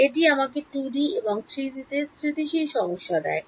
এটি আমাকে 2 ডি এবং 3 ডি তে স্থিতিশীল সমাধান দেয়